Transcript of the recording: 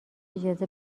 اجازه